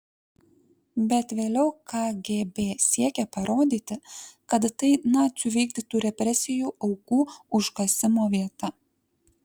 bet vėliau kgb siekė parodyti kad tai nacių vykdytų represijų aukų užkasimo vieta